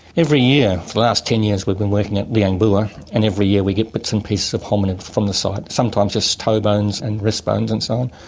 every year for the last ten years we've been working at liang bua and every year and we get bits and pieces of hominid from the site, sometimes just toe bones and wrist bones and so on.